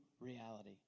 reality